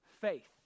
faith